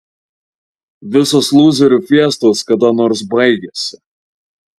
visos lūzerių fiestos kada nors baigiasi